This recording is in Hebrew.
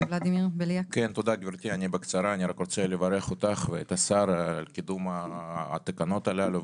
אני בקצרה רק רוצה לברך אותך ואת השר על קידום התקנות הללו,